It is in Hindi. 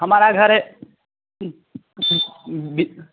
हमारा घर बि